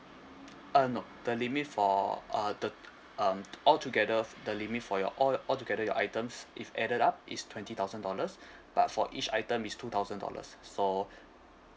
uh no the limit for uh the um altogether the limit for your all altogether your items if added up is twenty thousand dollars but for each item is two thousand dollars so